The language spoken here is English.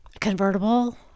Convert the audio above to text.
convertible